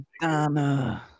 Madonna